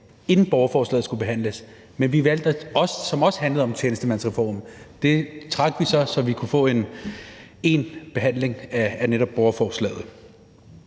inden borgerforslaget skulle behandles, som også handlede om tjenestemandsreformen, men det trak vi så, så vi kunne få en behandling af netop borgerforslaget.